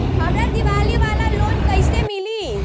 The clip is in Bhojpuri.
हमरा दीवाली वाला लोन कईसे मिली?